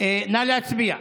נא להצביע.